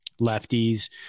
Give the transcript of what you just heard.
lefties